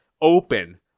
open